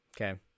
Okay